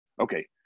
Okay